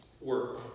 work